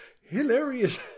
hilarious